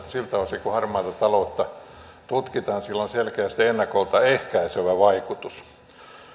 siltä osin kuin harmaata taloutta tutkitaan sillä on selkeästi ennakolta ehkäisevä vaikutus